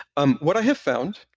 um what i have found,